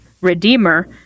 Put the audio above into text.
Redeemer